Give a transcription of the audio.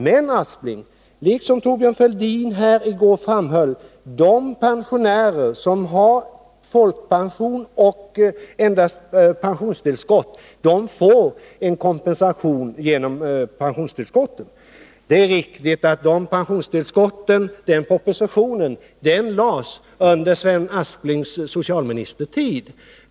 Men — som Thorbjörn Fälldin framhöll här i går — de pensionärer som endast har folkpension och pensionstillskott får en kompensation genom pensionstillskotten. Det är riktigt att propositionen om pensionstillskotten lades fram under Sven Asplings socialministertid.